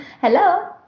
Hello